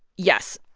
yes,